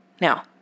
Now